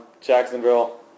Jacksonville